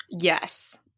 Yes